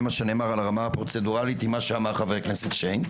מה שנאמר על הרמה הפרוצדורלית עם מה שאמר חבר הכנסת שיין,